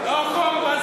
לא חור בזמן,